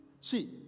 see